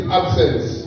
absence